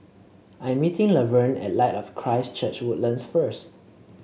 I'm meeting Laverne at Light of Christ Church Woodlands first